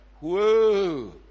whoa